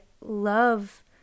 love